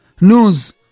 news